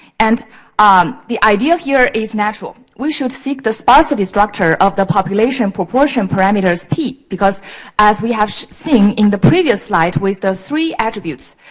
and um the idea here is natural. we should seek the sparsity structure of the population proportion parameters, p. because as we have seen in the previous slide, with the three attributes,